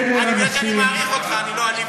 בגלל שאני מעריך אותך, אני לא אעליב אותך.